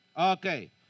Okay